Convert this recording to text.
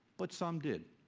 but some did.